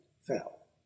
fell